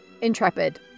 intrepid